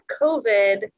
covid